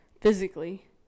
physically